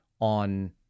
on